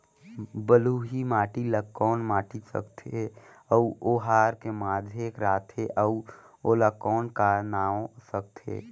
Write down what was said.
बलुही माटी ला कौन माटी सकथे अउ ओहार के माधेक राथे अउ ओला कौन का नाव सकथे?